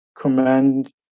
command